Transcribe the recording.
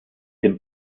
den